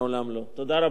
תודה רבה, אדוני היושב-ראש.